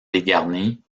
dégarni